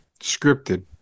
scripted